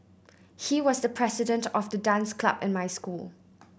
he was the president of the dance club in my school